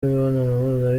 imibonano